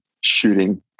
shooting